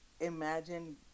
imagine